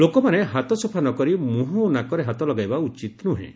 ଲୋକମାନେ ହାତ ସଫା ନ କରି ମୁହଁ ଓ ନାକରେ ହାତ ଲଗାଇବା ଉଚିତ୍ ନୁହେଁ